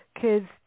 kids